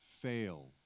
fail